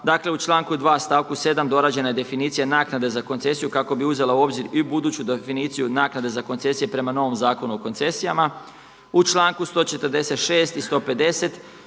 dakle, u članku 2. stavku 7 dorađena je definicija naknade za koncesiju kako bi uzela u obzir i buduću definiciju naknade za koncesije prema novom Zakonu o koncesijama. U članku 146. i 150.